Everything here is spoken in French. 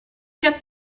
quatre